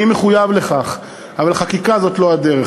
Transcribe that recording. אני מחויב לכך, אבל חקיקה היא לא הדרך.